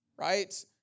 right